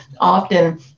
often